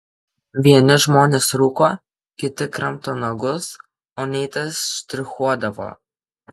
vieni žmonės rūko kiti kramto nagus o neitas štrichuodavo